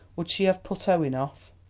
would she have put owen off?